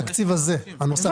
רק התקציב הזה, הנוסף.